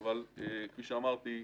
אבל כפי שאמרתי,